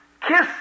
kiss